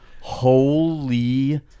Holy